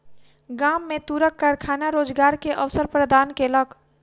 गाम में तूरक कारखाना रोजगार के अवसर प्रदान केलक